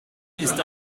ist